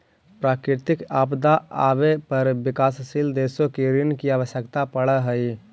प्राकृतिक आपदा आवे पर विकासशील देशों को ऋण की आवश्यकता पड़अ हई